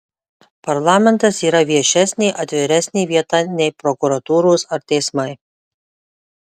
parlamentas yra viešesnė atviresnė vieta nei prokuratūros ar teismai